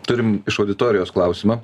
turim iš auditorijos klausimą